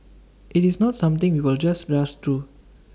IT is not something we will just rush through